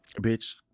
bitch